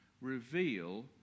reveal